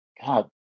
God